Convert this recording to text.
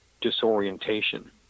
disorientation